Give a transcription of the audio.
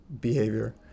behavior